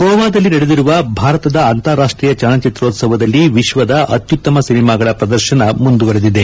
ಗೋವಾದಲ್ಲಿ ನಡೆದಿರುವ ಭಾರತದ ಅಂತಾರಾಷ್ಟೀಯ ಚಲನಚಿತ್ರೊತ್ಸವದಲ್ಲಿ ವಿಶ್ವದ ಅತ್ಯುತ್ತಮ ಸಿನೆಮಾಗಳ ಪ್ರದರ್ಶನ ಮುಂದುವರೆದಿದೆ